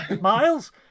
miles